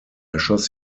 erschoss